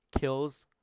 kills